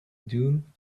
dune